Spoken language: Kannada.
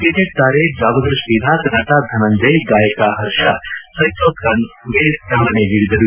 ಕ್ರಿಕೆಟ್ತಾರೆ ಜಾವಗಲ್ ಶ್ರೀನಾಥ್ ನಟ ಧನಂಜಯ್ ಗಾಯಕ ಹರ್ಷ ಸೈಕ್ಲೋತಾನ್ ಗೆ ಚಾಲನೆ ನೀಡಿದರು